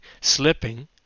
slipping